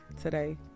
today